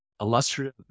illustrative